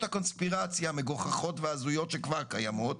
הקונספירציה המגוחכות וההזויות שכבר קימות.